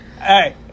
Hey